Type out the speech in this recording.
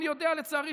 לצערי,